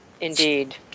indeed